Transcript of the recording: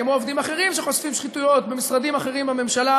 כמו עובדים אחרים שחושפים שחיתויות במשרדים אחרים בממשלה